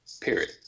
period